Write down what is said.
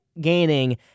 gaining